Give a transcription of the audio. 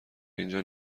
اینجا